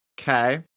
okay